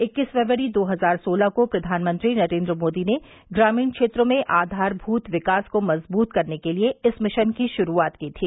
इक्कीस फरवरी दो हजार सोलह को प्रधानमंत्री नरेंद्र मोदी ने ग्रामीण क्षेत्रों में आधारमृत विकास को मजबूत करने के लिए इस मिशन की शुरुआत की थी